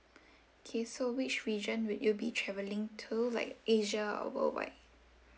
K so which region will you be travelling to like asia or worldwide